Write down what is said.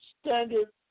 Standard